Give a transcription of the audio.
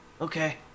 Okay